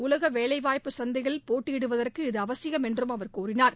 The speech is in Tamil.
உலக வேலைவாய்ப்பு சந்தையில் போட்டியிடுவதற்கு இது அவசியம் என்று அவர் கூறினார்